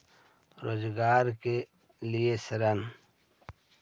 रोजगार के लिए ऋण?